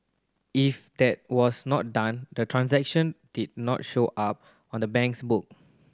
if that was not done the transaction did not show up on the bank's book